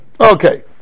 okay